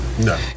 No